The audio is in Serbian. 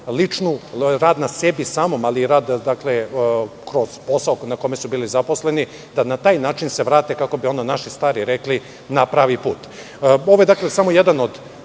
kroz rad na sebi samom, ali i rad kroz posao na kome su bili zaposleni, da se na taj način vrate, kako bi naši stari rekli, na pravi put. Ovo je samo jedan od